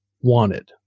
wanted